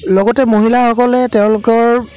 লগতে মহিলাসকলে তেওঁলোকৰ